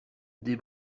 des